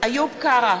איוב קרא,